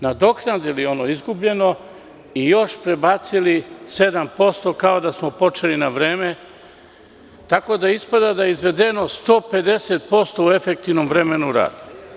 Nadoknadili smo izgubljeno i još prebacili 7%, kao da smo počeli na vreme, tako da ispada da je izvedeno 150% u efektivnom vremenu rada.